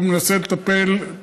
הוא מנסה לטפל,